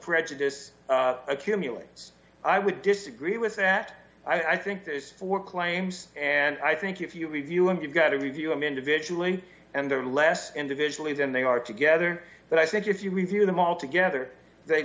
prejudice accumulates i would disagree with that i think this for claims and i think if you review and you've got to review him individually and they're less individually than they are together but i think if you review them all together they